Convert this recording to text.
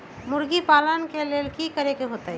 मुर्गी पालन ले कि करे के होतै?